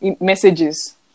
messages